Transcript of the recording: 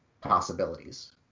possibilities